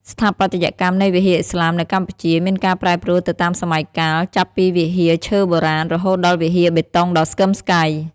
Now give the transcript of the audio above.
ស្ថាបត្យកម្មនៃវិហារឥស្លាមនៅកម្ពុជា មានការប្រែប្រួលទៅតាមសម័យកាល ចាប់ពីវិហារឈើបុរាណ រហូតដល់វិហារបេតុងដ៏ស្កឹមស្កៃ។